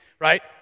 Right